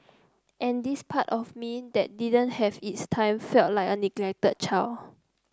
and this part of me that didn't have its time felt like a neglected child